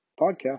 podcast